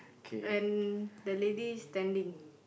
and the lady standing